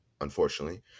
unfortunately